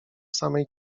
samej